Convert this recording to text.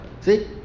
see